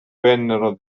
vennero